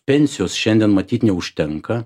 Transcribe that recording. pensijos šiandien matyt neužtenka